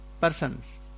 persons